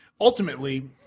ultimately